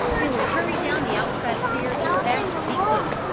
billy hurried down the outside stairs as fast as he could,